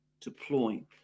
deploying